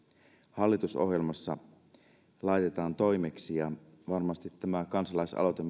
hallitusohjelmassa sitten laitetaan toimeksi varmasti tämä kansalaisaloite